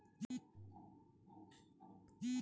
ఒక కిలోగ్రామ్ లో వెయ్యి గ్రాములు ఉన్నాయి